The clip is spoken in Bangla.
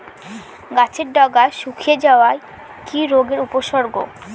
গাছের ডগা শুকিয়ে যাওয়া কি রোগের উপসর্গ?